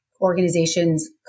organizations